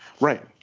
Right